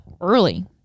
early